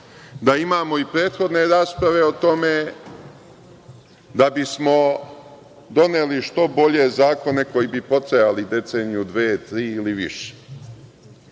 da imamo i prethodne rasprave o tome, da bismo doneli što bolje zakone koji bi potrajali deceniju, dve ili tri